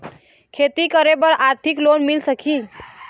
खेती करे बर आरथिक लोन मिल सकही?